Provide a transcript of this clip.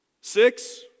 six